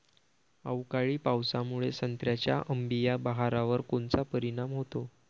अवकाळी पावसामुळे संत्र्याच्या अंबीया बहारावर कोनचा परिणाम होतो?